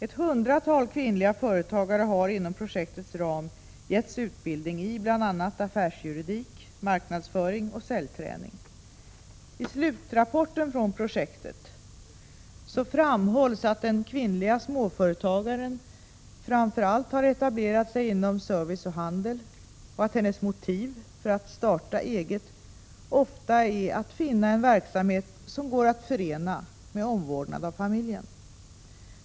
Ett hundratal kvinnliga företagare har inom projektets ram getts utbildning i bl.a. affärsjuridik, marknadsföring och säljträning. I slutrapporten från projektet framhålls att den kvinnliga småföretagaren framför allt etablerat sig inom service och handel och att hennes motiv för att starta eget ofta är att finna en verksamhet som går att förena med omvårdnad av familjen.